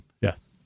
yes